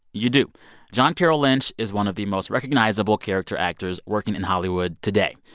you do john carroll lynch is one of the most recognizable character actors working in hollywood today.